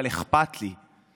אבל אכפת לי.